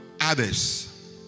others